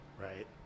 Right